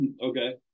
Okay